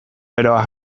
beroa